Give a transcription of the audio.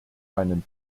meinen